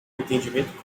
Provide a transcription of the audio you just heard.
entendimento